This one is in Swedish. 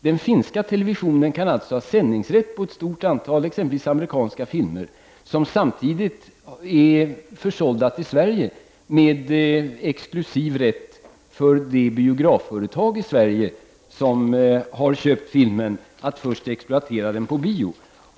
Den finska televisionen kan ha sändningsrätt på exempelvis ett stort antal amerikanska filmer som samtidigt är försålda till Sverige med exklusiv rätt för det biografföretag i Sverige som har köpt filmen att först exploatera den på bio.